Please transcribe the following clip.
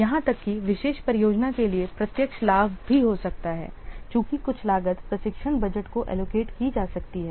यहां तक कि विशेष परियोजना के लिए प्रत्यक्ष लाभ भी हो सकता है चूंकि कुछ लागत प्रशिक्षण बजट को एलोकेट की जा सकती है